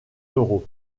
euros